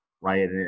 right